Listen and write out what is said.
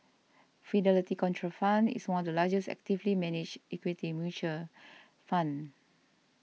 Fidelity Contrafund is one of the largest actively managed equity mutual fund